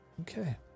Okay